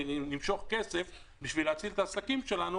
שנמשוך כסף בשביל להציל את העסקים שלנו